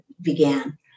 began